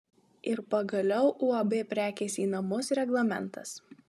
ir pagaliau uab prekės į namus reglamentas